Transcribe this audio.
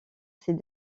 ces